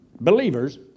believers